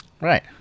Right